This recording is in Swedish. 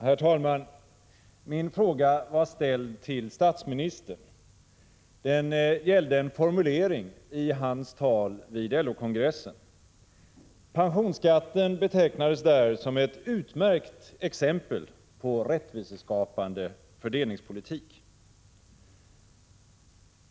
Herr talman! Min fråga var ställd till statsministern. Den gällde en formulering i hans tal vid LO-kongressen. Pensionsskatten betecknades där som ett utmärkt exempel på rättviseskapande fördelningspolitik.